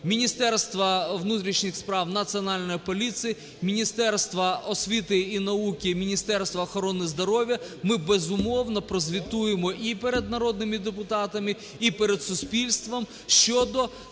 Міністерства внутрішніх справ, Національної поліції, Міністерства освіти і науки, Міністерства охорони здоров'я – ми, безумовно, прозвітуємо і перед народними депутатами, і перед суспільством щодо